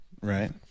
right